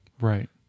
Right